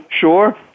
sure